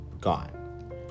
gone